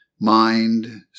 Mind